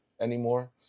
anymore